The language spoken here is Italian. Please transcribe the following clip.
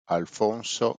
alfonso